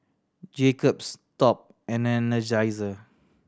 Jacob's Top and Energizer